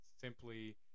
simply